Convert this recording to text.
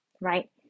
Right